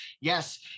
yes